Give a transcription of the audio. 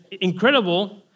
incredible